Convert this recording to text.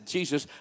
Jesus